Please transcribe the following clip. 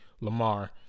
Lamar